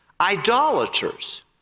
idolaters